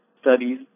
studies